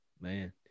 man